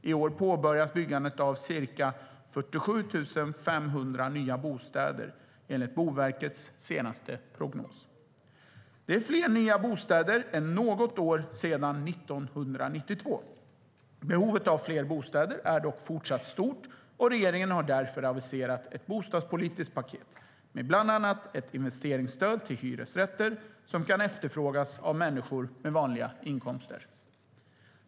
I år påbörjas byggandet av ca 47 500 nya bostäder, enligt Boverkets senaste prognos. Det är fler nya bostäder än något år sedan 1992. Behovet av fler bostäder är dock fortsatt stort, och regeringen har därför aviserat ett bostadspolitiskt paket med bland annat ett investeringsstöd till hyresrätter som kan efterfrågas av människor med vanliga inkomster.